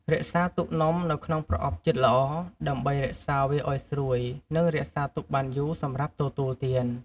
រក្សាទុកនំនៅក្នុងប្រអប់ជិតល្អ ដើម្បីរក្សាវាឱ្យស្រួយ និងរក្សាទុកបានយូរសម្រាប់ទទួលទាន។